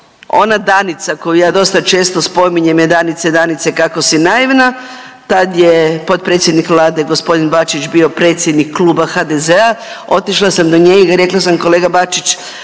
ona Danica koju ja dosta često spominjem je Danice, Danice, kako si naivna, tad je potpredsjednik Vlade g. Bačić bio predsjednik Kluba HDZ-a, otišla sam do njega i rekla sam kolega Bačić,